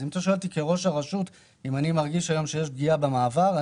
אז אם שואל אותי כראש הרשות אם יש פגיעה בעקבות המעבר,